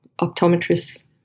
optometrists